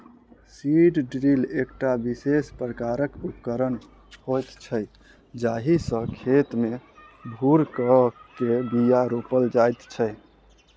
seed drill एकटा विशेष प्रकारक उपकरण होइत छै जाहि सॅ खेत मे भूर क के बीया रोपल जाइत छै